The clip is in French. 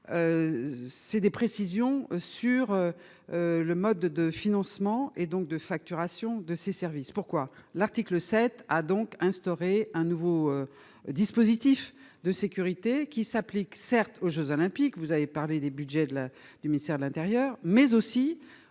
C'est des précisions sur. Le mode de financement et donc de facturation de ses services. Pourquoi l'article 7 a donc instaurer un nouveau. Dispositif de sécurité qui s'applique certes aux Jeux Olympiques, vous avez parlé des Budgets de la du ministère de l'Intérieur mais aussi